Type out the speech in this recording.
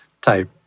type